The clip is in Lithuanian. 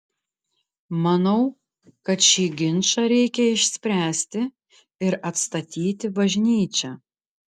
manau kad šį ginčą reikia išspręsti ir atstatyti bažnyčią